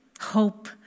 Hope